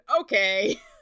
okay